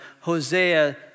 Hosea